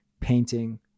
painting